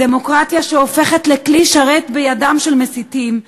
הדמוקרטיה שהופכת לכלי שרת בידם של מסיתים,